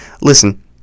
Listen